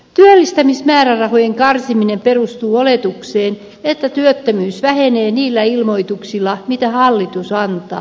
työllistämismäärärahojen karsiminen perustuu oletukseen että työttömyys vähenee niillä ilmoituksilla mitä hallitus antaa